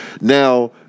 Now